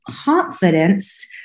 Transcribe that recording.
confidence